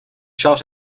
shot